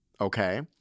okay